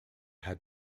had